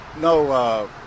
No